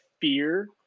fear